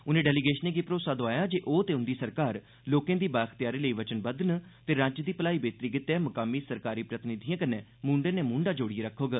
उनें डेलीगेशनें गी अरोसा दोआया जे ओह ते उंदी सरकार लोकें दी बाअख्तियारी लेई वचनबद्ध न ते राज्य दी भलाई बेह्तरी गितै मुकामी सरकारी प्रतिनिधिएं कन्नै मूंडे नै मूंडा जोड़ियै खड़ोग